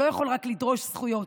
הוא לא יכול לדרוש רק זכויות.